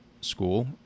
school